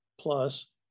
plus